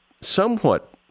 somewhat